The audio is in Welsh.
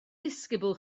ddisgybl